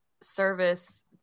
service